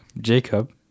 Jacob